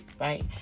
right